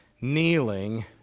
kneeling